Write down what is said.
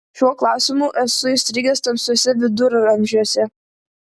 šiuo klausimu esu įstrigęs tamsiuose viduramžiuose